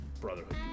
Brotherhood